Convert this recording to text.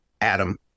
Adam